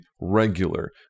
regular